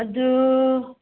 ꯑꯗꯨ